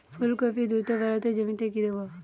ফুলকপি দ্রুত বাড়াতে জমিতে কি দেবো?